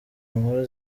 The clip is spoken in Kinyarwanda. inkuru